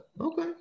Okay